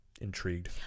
intrigued